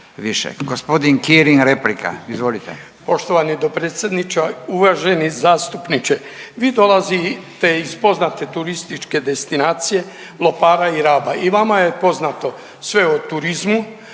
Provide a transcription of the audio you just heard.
Gospodin Kirin replika, izvolite.